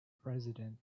president